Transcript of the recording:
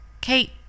Kate